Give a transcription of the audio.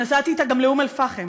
נסעתי אתה גם לאום אל-פחם.